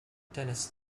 dennis